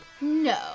No